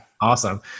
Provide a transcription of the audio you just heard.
awesome